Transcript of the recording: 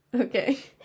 Okay